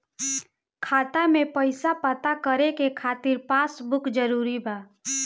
खाता में पईसा पता करे के खातिर पासबुक जरूरी बा?